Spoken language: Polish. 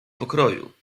pokroju